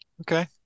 okay